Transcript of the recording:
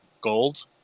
gold